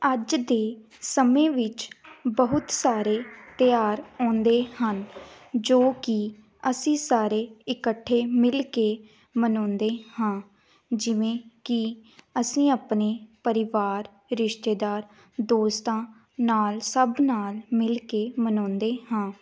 ਅੱਜ ਦੇ ਸਮੇਂ ਵਿੱਚ ਬਹੁਤ ਸਾਰੇ ਤਿਉਹਾਰ ਆਉਂਦੇ ਹਨ ਜੋ ਕਿ ਅਸੀਂ ਸਾਰੇ ਇਕੱਠੇ ਮਿਲ ਕੇ ਮਨਾਉਂਦੇ ਹਾਂ ਜਿਵੇਂ ਕਿ ਅਸੀਂ ਆਪਣੇ ਪਰਿਵਾਰ ਰਿਸ਼ਤੇਦਾਰ ਦੋਸਤਾਂ ਨਾਲ ਸਭ ਨਾਲ ਮਿਲ ਕੇ ਮਨਾਉਂਦੇ ਹਾਂ